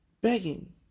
begging